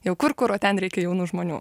jau kur kur o ten reikia jaunų žmonių